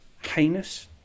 heinous